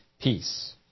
peace